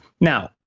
Now